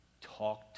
talk